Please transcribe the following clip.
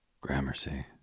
Gramercy